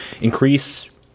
increase